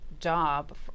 Job